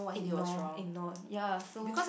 ignore ignore ya so